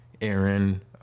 Aaron